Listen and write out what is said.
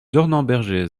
dornemberger